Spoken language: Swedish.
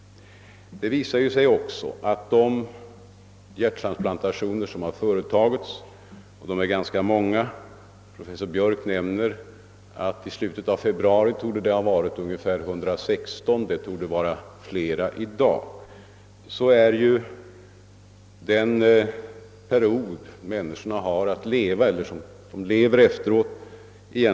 Det har också visat sig av de hjärttransplantationer som gjorts — och de är ganska många; professor Biörck nämner att i slutet av februari torde de ha varit ungefär 116 och i dag är de förmodligen fler — att den period som människorna lever efteråt är mycket kort.